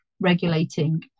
regulating